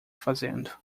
fazendo